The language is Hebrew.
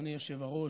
אדוני היושב-ראש,